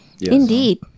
indeed